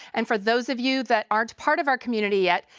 and for those of you that aren't part of our community yet,